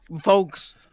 folks